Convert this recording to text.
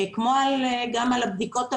כמו גם על הבדיקות המהירות,